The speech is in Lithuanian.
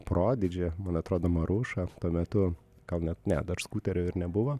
prodigy man atrodo marušą tuo metu gal net ne dar skūterių ir nebuvo